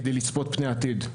כדי לצפות פני עתיד?